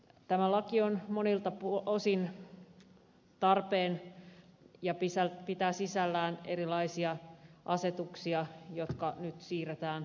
tämä laki on monilta osin tarpeen ja pitää sisällään erilaisia asetuksia jotka nyt siirretään lakitasolle